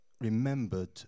remembered